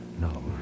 No